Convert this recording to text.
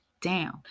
down